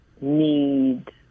need